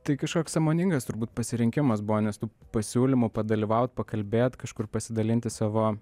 tai kažkoks sąmoningas turbūt pasirinkimas buvo nes tų pasiūlymų padalyvaut pakalbėt kažkur pasidalinti savo